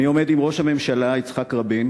אני עומד עם ראש הממשלה יצחק רבין